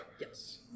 Yes